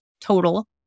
total